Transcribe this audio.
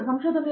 professor